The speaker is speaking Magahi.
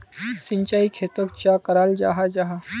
सिंचाई खेतोक चाँ कराल जाहा जाहा?